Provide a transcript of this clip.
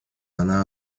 она